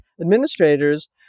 administrators